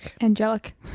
angelic